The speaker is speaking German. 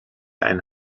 ein